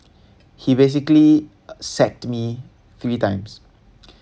he basically sacked me three times